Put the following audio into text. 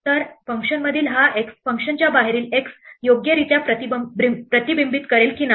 तर फंक्शनमधील हा x फंक्शनच्या बाहेरील x योग्यरित्या प्रतिबिंबित करेल की नाही